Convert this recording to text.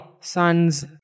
Sons